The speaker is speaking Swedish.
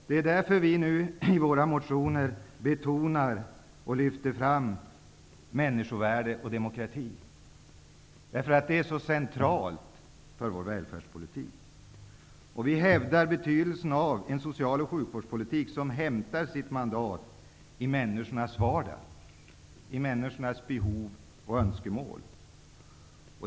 Det är därför vi socialdemokrater i våra motioner betonar och lyfter fram vikten av människovärde och demokrati. De begreppen är så centrala för vår välfärdspolitik. Vi hävdar betydelsen av en socialoch sjukvårdspolitik som hämtar sitt mandat i människornas vardag, behov och önskemål.